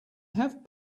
have